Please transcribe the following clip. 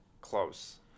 close